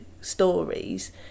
stories